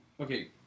Okay